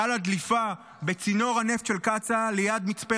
חלה דליפה בצינור הנפט של קצא"א ליד מצפה